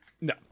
No